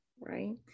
Right